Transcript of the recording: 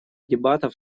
дебатов